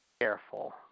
careful